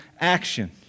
action